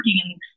working